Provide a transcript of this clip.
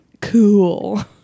cool